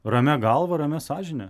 ramia galva ramia sąžine